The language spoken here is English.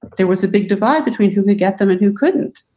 there was a big divide between who could get them and who couldn't.